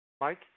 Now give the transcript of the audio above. Mike